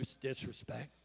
disrespect